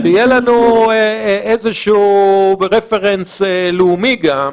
יהיה לנו איזשהו רפרנס לאומי גם,